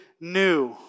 new